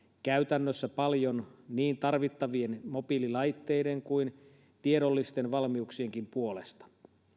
käytännössä paljon niin tarvittavien mobiililaitteiden kuin tiedollisten valmiuksienkin puolesta